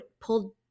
pulled